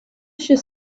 should